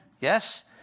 Yes